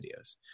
videos